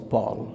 Paul